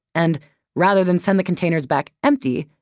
and rather than send the containers back empty,